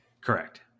Correct